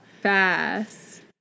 fast